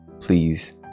please